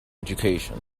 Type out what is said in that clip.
education